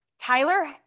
tyler